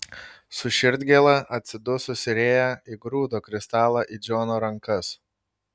su širdgėla atsidususi rėja įgrūdo kristalą į džono rankas